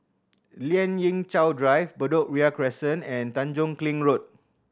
Lien Ying Chow Drive Bedok Ria Crescent and Tanjong Kling Road